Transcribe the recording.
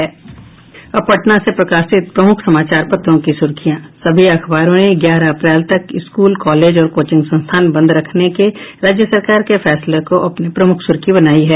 अब पटना से प्रकाशित प्रमुख समाचार पत्रों की सुर्खियां सभी अखबारों ने ग्यारह अप्रैल तक स्कूल कॉलेज और कोचिंग संस्थान बंद रखने के राज्य सरकार के फैसले को अपनी प्रमुख सुर्खी बनायी है